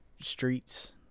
streets